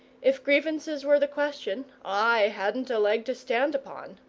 if grievances were the question, i hadn't a leg to stand upon.